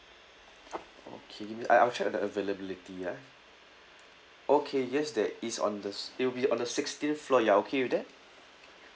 okay I'll I'll check the availability ah okay yes there is on the si~ it will be on the sixteenth floor you okay with that